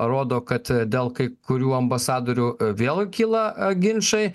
rodo kad dėl kai kurių ambasadorių vėl kyla ginčai